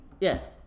Yes